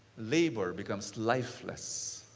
labor becomes lifeless.